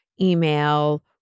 email